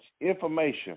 information